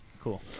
Cool